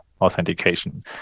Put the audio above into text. authentication